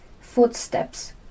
Footsteps